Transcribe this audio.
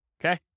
okay